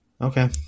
okay